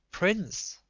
prince,